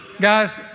Guys